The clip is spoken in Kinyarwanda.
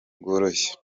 bworoshye